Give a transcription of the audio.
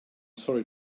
sorry